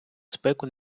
спеку